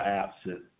absent